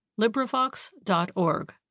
LibriVox.org